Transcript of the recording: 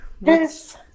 Yes